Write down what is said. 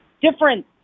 different